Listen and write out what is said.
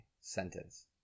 sentence